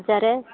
ହଜାରେ